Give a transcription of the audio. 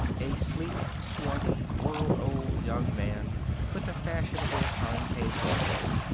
a sleek, swarthy world-old young man with the fashionable concave torso,